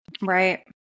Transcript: Right